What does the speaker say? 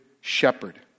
shepherd